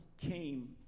came